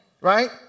right